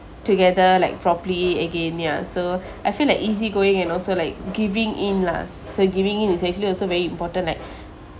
together like properly again ya so I feel like easy going and also like giving in lah so giving in is actually also very important like